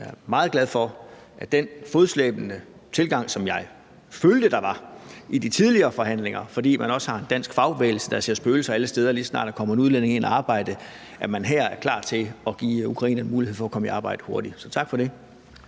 Jeg er meget glad for, at man i forhold til den fodslæbende tilgang, som jeg følte der var i de tidligere forhandlinger, fordi man også har en dansk fagbevægelse, der ser spøgelser alle steder, lige så snart der kommer en udlænding ind at arbejde, her er klar til at give ukrainerne mulighed for at komme i arbejde hurtigt. Så tak for det.